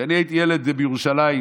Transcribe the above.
כשאני הייתי ילד בירושלים,